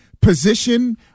position